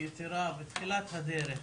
יתרה בתחילת הדרך